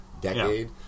decade